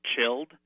chilled